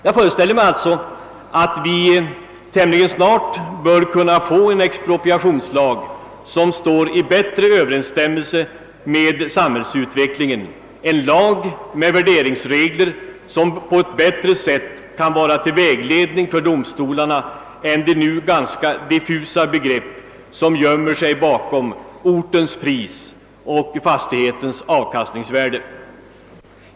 Jag föreställer mig alltså att vi tämligen snart bör kunna få en expropriationslag som står i bättre överensstämmelse med samhällsutvecklingen, en lag med värderingsregler som kan vara till större vägledning för domstolarna än de nu ganska diffusa begrepp som gömmer sig bakom »ortens pris» och »fastighetens avkastningsvärde».